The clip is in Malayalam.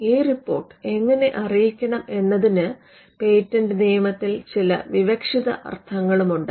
ഈ റിപ്പോർട്ട് എങ്ങനെ അറിയിക്കണം എന്നതിന് പേറ്റന്റ് നിയമത്തിൽ ചില വിവക്ഷിത അർത്ഥങ്ങളുണ്ട്